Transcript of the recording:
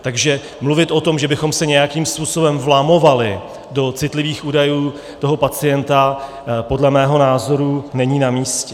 Takže mluvit o tom, že bychom se nějakým způsobem vlamovali do citlivých údajů pacienta, podle mého názoru není namístě.